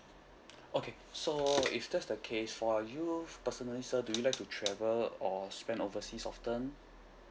okay so if that's the case for you personally so do you like to travel or spend overseas often